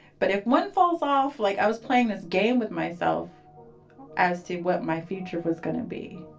but if one falls off. like, i was playing this game with myself as to what my future was going to be.